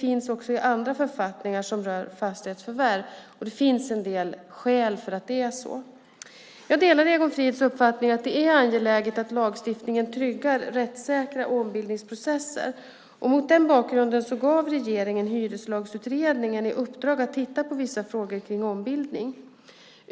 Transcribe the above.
finns också i andra författningar som rör fastighetsförvärv. Och det finns en del skäl för att det är så. Jag delar Egon Frids uppfattning att det är angeläget att lagstiftningen tryggar rättssäkra ombildningsprocesser. Mot den bakgrunden gav regeringen Hyreslagsutredningen i uppdrag att titta på vissa frågor kring ombildning.